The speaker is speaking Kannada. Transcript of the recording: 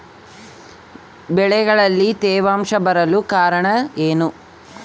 ಬೆಳೆಗಳಲ್ಲಿ ತೇವಾಂಶ ಬರಲು ಕಾರಣ ಏನು?